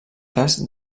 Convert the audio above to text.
cas